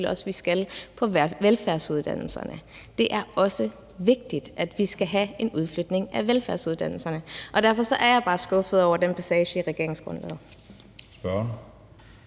så vidt angår velfærdsuddannelserne. Det er også vigtigt, at vi får en udflytning af velfærdsuddannelserne. Og derfor er jeg bare skuffet over den passage i regeringsgrundlaget.